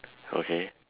okay